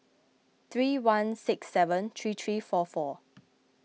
three one six seven three three four four